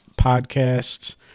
podcasts